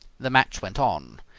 the match went on.